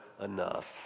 enough